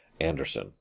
Anderson